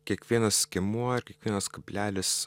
kiekvienas skiemuo ir kiekvienas kablelis